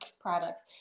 products